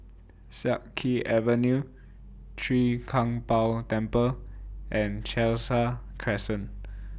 Siak Kew Avenue Chwee Kang Beo Temple and Khalsa Crescent